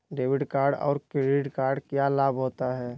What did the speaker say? Debit card और credit card क्या लाभ होता है?